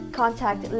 contact